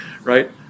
right